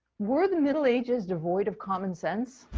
were the middle ages devoid of common sense?